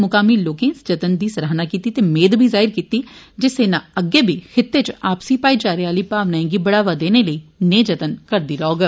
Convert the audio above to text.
म्कामी लोकें इस जतन दी सराहना कीती ते मेद जाहिर कीती जे सेना अग्गै बी खित्ते इच आपसी भाईचारे आली भावनाएं गी बढावा देने लेई नेह जतन करदी रौहग